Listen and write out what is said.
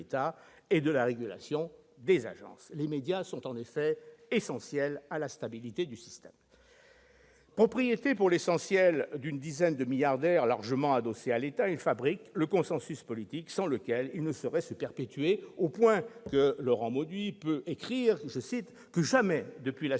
et de la régulation des agences. Les médias sont en effet essentiels à la stabilité du système : propriétés d'une dizaine de milliardaires largement adossés à l'État, ils fabriquent le consensus politique sans lequel il ne saurait se perpétuer. Laurent Mauduit peut même écrire que « jamais, depuis la